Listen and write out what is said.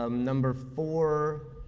um number four,